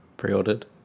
Pre-ordered